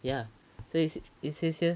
ya so it's it says here